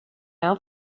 now